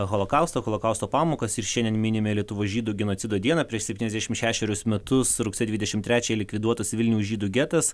holokaustą holokausto pamokas ir šiandien minime lietuvos žydų genocido dieną prieš septyniasdešimt šešeriusmetus rugsėjo dvidešimt trečiąją likviduotas vilniaus žydų getas